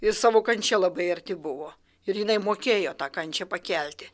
ir savo kančia labai arti buvo ir jinai mokėjo tą kančią pakelti